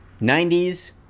90s